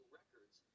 records